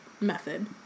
method